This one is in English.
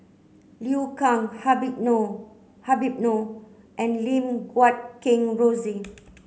Liu Kang Habib Noh Habib Noh and Lim Guat Kheng Rosie